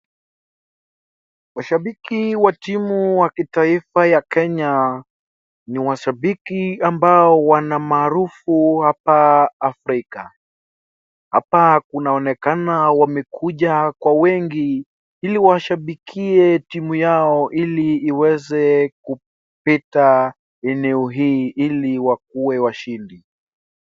Washabiki wa timu wa kitaifa ya Kenya ni washabiki amabao wana maarufu hapa Afrika. Hapa kunaonekana wamekuja kwa wengi ili washabikie timu yao ili iweze kupita eneo hii ili wakuwe washindi.